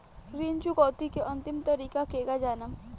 ऋण चुकौती के अंतिम तारीख केगा जानब?